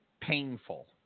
painful